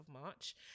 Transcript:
March